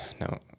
No